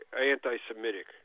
anti-Semitic